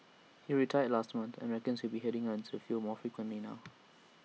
he retired last month and reckons he will be heading out into the field more frequently now